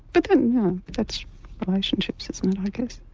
but that's relationships isn't it i guess.